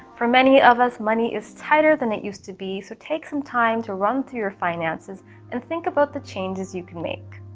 for many of us money is tighter than it used to be, so take some time to run through your finances and think about the changes you can make.